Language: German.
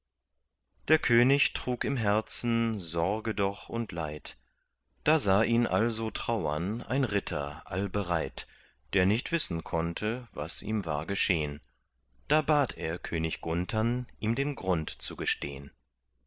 der könig trug im herzen sorge doch und leid da sah ihn also trauern ein ritter allbereit der nicht wissen konnte was ihm war geschehn da bat er könig gunthern ihm den grund zu gestehn